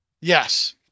Yes